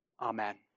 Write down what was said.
Amen